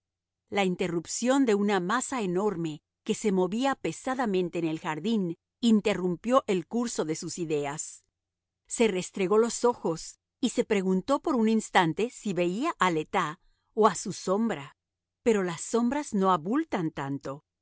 la interrupción de una masa enorme que se movía pesadamente en el jardín interrumpió el curso de sus ideas se restregó los ojos y se preguntó por un instante si veía a le tas o a su sombra pero las sombras no abultan tanto